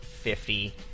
fifty